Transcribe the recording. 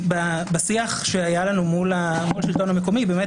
בשיח שהיה לנו מול השלטון המקומי באמת